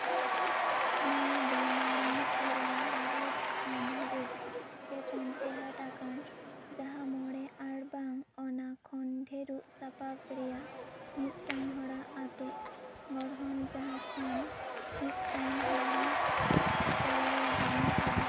ᱱᱚᱣᱟ ᱫᱚ ᱢᱟᱲᱟᱝ ᱥᱮᱨᱣᱟ ᱵᱟᱵᱚᱫᱼᱟᱱ ᱨᱩᱯ ᱪᱮᱛᱟᱱ ᱴᱮᱦᱟᱰ ᱟᱠᱟᱱ ᱡᱟᱦᱟᱸ ᱢᱚᱬᱮ ᱟᱨ ᱵᱟᱝ ᱚᱱᱟ ᱠᱷᱚᱱ ᱰᱷᱮᱨ ᱥᱟᱯᱟᱯ ᱨᱮᱭᱟᱜ ᱢᱤᱫᱴᱟᱝ ᱦᱚᱨᱟ ᱟᱛᱮᱜ ᱜᱚᱲᱦᱚᱱ ᱡᱟᱦᱟᱸ ᱠᱷᱚᱱ ᱢᱤᱫᱴᱟᱝ ᱨᱟᱦᱟ ᱛᱚᱞ ᱜᱟᱱᱚᱜᱼᱟ